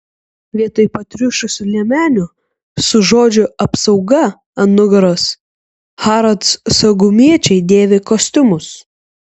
vietoj patriušusių liemenių su žodžiu apsauga ant nugaros harrods saugumiečiai dėvi kostiumus